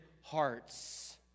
hearts